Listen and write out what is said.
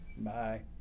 Bye